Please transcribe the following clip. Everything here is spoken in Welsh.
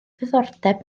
ddiddordeb